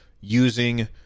using